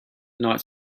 not